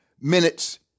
minutes